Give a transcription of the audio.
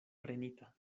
prenita